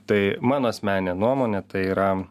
tai mano asmenine nuomone tai yra